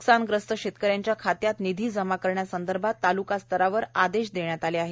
न्कसानग्रस्त शेतकऱ्यांच्या खात्यात निधी जमा करण्यासंदर्भात ताल्कास्तरावर आदेश देण्यात आले आहेत